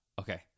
Okay